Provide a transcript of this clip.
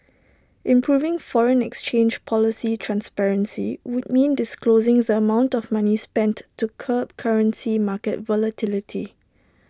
improving foreign exchange policy transparency would mean disclosing the amount of money spent to curb currency market volatility